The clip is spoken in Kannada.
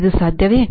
ಇದು ಸಾಧ್ಯವೇ